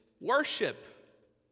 worship